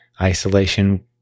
Isolation